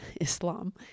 Islam